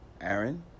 Aaron